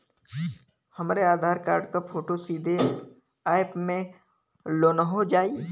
हमरे आधार कार्ड क फोटो सीधे यैप में लोनहो जाई?